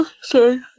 Sorry